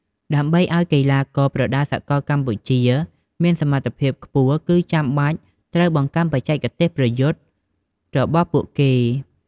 ដើម្បីឲ្យកីឡាករប្រដាល់សកលកម្ពុជាមានសមត្ថភាពខ្ពស់ គឺចាំបាច់ត្រូវបង្កើនបច្ចេកទេសប្រយុទ្ធរបស់ពួកគេ។